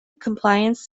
compliance